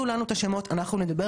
הדבר הזה שעובדים,